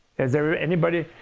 has anybody?